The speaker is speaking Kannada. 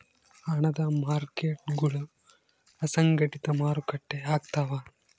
ಹಣದ ಮಾರ್ಕೇಟ್ಗುಳು ಅಸಂಘಟಿತ ಮಾರುಕಟ್ಟೆ ಆಗ್ತವ